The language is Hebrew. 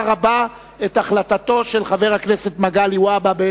רבה את החלטתו של חבר הכנסת מגלי והבה,